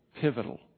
pivotal